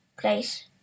place